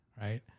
right